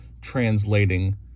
translating